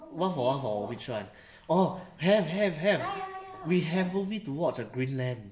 one for one for which one oh have have have we have movie to watch the greenland